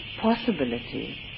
possibility